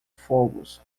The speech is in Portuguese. fogos